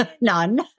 none